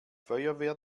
feuerwehr